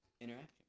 interaction